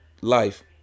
life